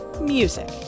music